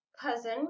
cousin